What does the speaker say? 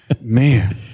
Man